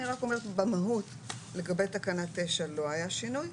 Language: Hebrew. אני רק אומרת במהות, לגבי תקנה 9 לא היה שינוי.